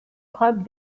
club